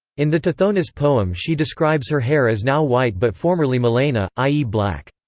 in the tithonus poem she describes her hair as now white but formerly melaina, i e. black.